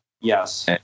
Yes